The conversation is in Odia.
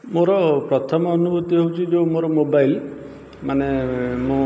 ମୋର ପ୍ରଥମ ଅନୁଭୂତି ହେଉଛି ଯେଉଁ ମୋର ମୋବାଇଲ୍ ମାନେ ମୁଁ